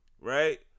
right